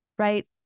right